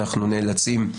אנחנו נאלצים,